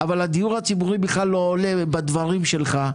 הדיור הציבורי בכלל לא עולה בדברים שלך,